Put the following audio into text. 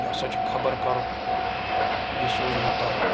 یہِ ہَسا چھُ خَبَر کَرُک یہِ سوٗزمُت تۄہہِ